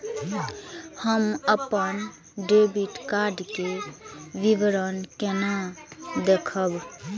हम अपन debit card के विवरण केना देखब?